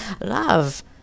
Love